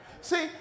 See